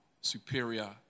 superior